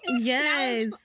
yes